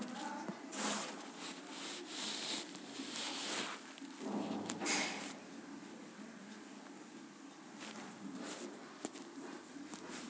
bank द्वारा देल गेल कागज जेकरा से पैसा निकाल सको हइ